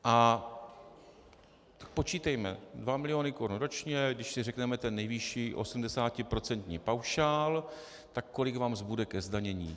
A počítejme: dva miliony korun ročně, když si řekneme ten nejvyšší, 80procentní paušál, tak kolik vám zbude ke zdanění?